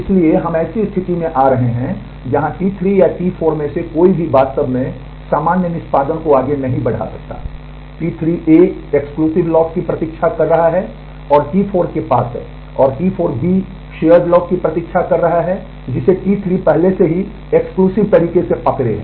इसलिए हम ऐसी स्थिति में आ रहे हैं जहां T3 या T4 में से कोई भी वास्तव में सामान्य निष्पादन को आगे नहीं बढ़ा सकता है T3 A एक्सक्लूसिव तरीके से पकड़े है